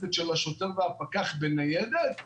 משותפת של השוטר והפקח בניידת,